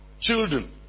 children